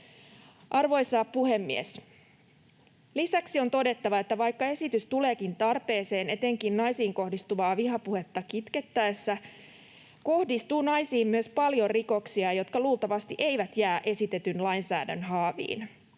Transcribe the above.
Arvoisa puhemies! Lisäksi on todettava, että vaikka esitys tuleekin tarpeeseen etenkin naisiin kohdistuvaa vihapuhetta kitkettäessä, kohdistuu naisiin paljon myös rikoksia, jotka luultavasti eivät jää esitetyn lainsäädännön haaviin.